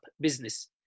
business